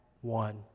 one